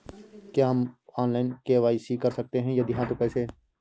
क्या हम online KYC कर सकते हैं यदि हाँ तो कैसे?